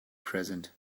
present